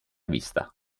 vista